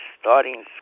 starting